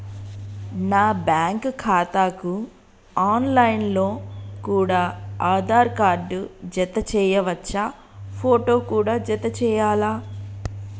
నా బ్యాంకు ఖాతాకు online లో కూడా ఆధార్ కార్డు జత చేయవచ్చా ఫోటో కూడా జత చేయాలా?